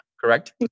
correct